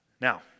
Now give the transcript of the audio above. Now